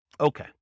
Okay